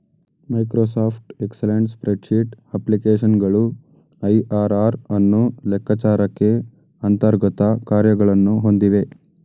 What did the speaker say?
Microsoft excellent spreadsheet ಅಪ್ಲಿಕೇಶನ್ಗಳು IRR ಅನ್ನು ಲೆಕ್ಕಚಾರಕ್ಕೆ ಅಂತರ್ಗತ ಕಾರ್ಯಗಳನ್ನು ಹೊಂದಿವೆ